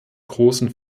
großen